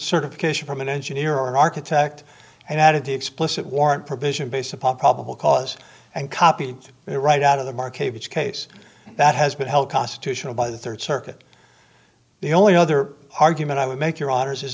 certification from an engineer or an architect and added the explicit warrant provision based upon probable cause and copied it right out of the mark which case that has been held constitutional by the third circuit the only other argument i would make your honour's is